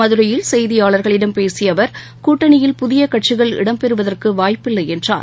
மதுரையில் செய்தியாளர்களிடம் பேசியஅவர் கூட்டணியில் புதியகட்சிகள் இடம் பெறுவதற்குவாய்ப்பில்லைஎன்றார்